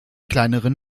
kleineren